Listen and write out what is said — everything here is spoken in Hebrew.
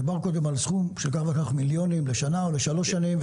דובר מקודם על סכום של מיליונים לשנה או לשלוש שנים.